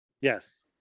Yes